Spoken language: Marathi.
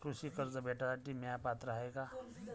कृषी कर्ज भेटासाठी म्या पात्र हाय का?